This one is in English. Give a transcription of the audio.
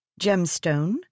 gemstone